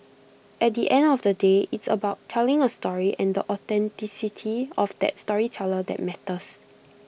at the end of the day it's about telling A story and the authenticity of that storyteller that matters